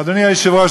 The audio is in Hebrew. אדוני היושב-ראש,